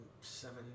seven